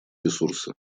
ресурсы